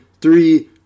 Three